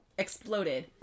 exploded